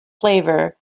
flavor